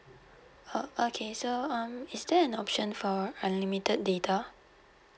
oh okay so um is there an option for unlimited data